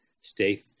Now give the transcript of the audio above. Stay